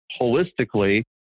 holistically